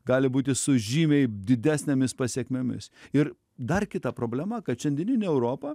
gali būti su žymiai didesnėmis pasekmėmis ir dar kita problema kad šiandieninė europa